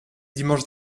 dimanche